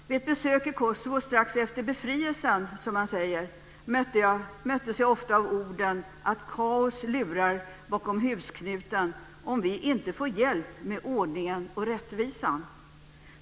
Vid ett besök i Kosovo strax efter befrielsen, som man säger, möttes jag ofta av orden: Kaos lurar bakom husknuten om vi inte får hjälp med ordningen och rättvisan.